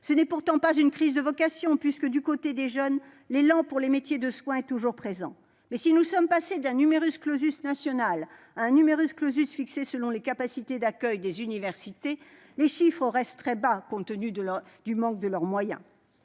Ce n'est pourtant pas une crise de vocations, puisque, du côté des jeunes, l'élan pour les métiers de soins est toujours présent. Nous sommes certes passés d'un national à un fixé selon les capacités d'accueil des universités, mais les chiffres restent très bas compte tenu du manque de moyens